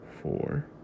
four